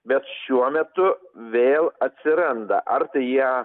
bet šiuo metu vėl atsiranda ar jie